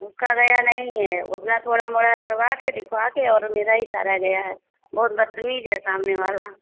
उसका गया नहीं है वो अपना थोड़ा मोड़ा करवाके दिखवाके और मेरा ही सारा गया है बहुत बदतमीज़ है सामने वाला